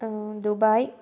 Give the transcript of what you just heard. Dubai